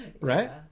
right